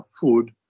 food